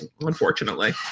unfortunately